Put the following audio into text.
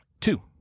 Two